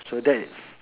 so that is